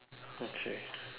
okay